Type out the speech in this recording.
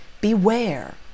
beware